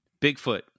Bigfoot